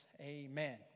Amen